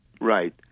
Right